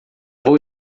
vou